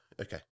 okay